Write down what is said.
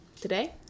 Today